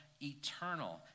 eternal